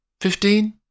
Fifteen